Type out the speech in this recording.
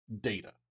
Data